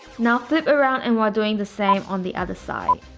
now flip around and we're doing the same on the other side